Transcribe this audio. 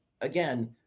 again